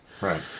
right